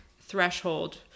threshold